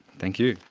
thank you.